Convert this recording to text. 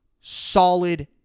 solid